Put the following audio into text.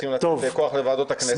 וצריכים לתת את הכוח לוועדות הכנסת.